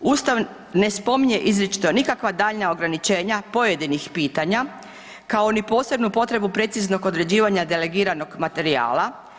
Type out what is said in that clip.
Ustav ne spominje izričito nikakva daljnja ograničenja pojedinih pitanja kao ni posebnu potrebu preciznog određivanja delegiranog materijala.